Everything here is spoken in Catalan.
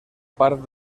part